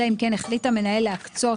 אלא אם כן החליט המנהל להקצות